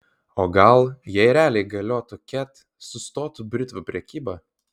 o gal jei realiai galiotų ket sustotų britvų prekyba